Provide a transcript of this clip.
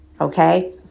okay